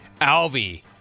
Alvy